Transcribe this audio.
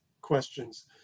questions